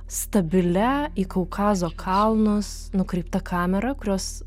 stabilia į kaukazo kalnus nukreipta kamera kurios